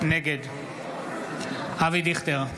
נגד אבי דיכטר,